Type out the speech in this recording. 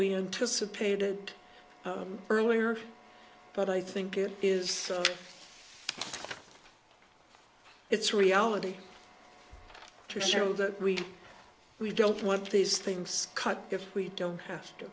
we anticipated earlier but i think it is it's reality to show that we we don't want these things cut if we don't